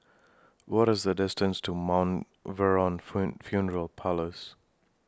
What IS The distance to Mount Vernon Fen Funeral Parlours